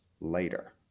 later